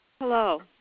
Hello